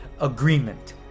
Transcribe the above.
agreement